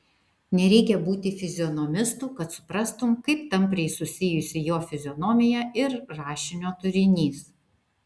nereikia būti fizionomistu kad suprastum kaip tampriai susijusi jo fizionomija ir rašinio turinys